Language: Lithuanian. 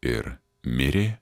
ir mirė